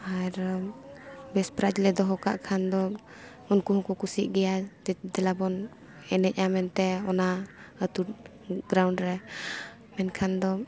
ᱟᱨ best price ᱞᱮ ᱫᱚᱦᱚ ᱠᱟᱜ ᱠᱷᱟᱱ ᱫᱚ ᱩᱱᱠᱩ ᱦᱚᱸᱠᱚ ᱠᱩᱥᱤᱜ ᱜᱮᱭᱟ ᱫᱮᱞᱟ ᱵᱚᱱ ᱮᱱᱮᱡᱼᱟ ᱢᱮᱱᱛᱮ ᱚᱱᱟ ᱟᱛᱳ ᱜᱨᱟᱣᱩᱱᱰ ᱨᱮ ᱢᱮᱱᱠᱷᱟᱱ ᱫᱚ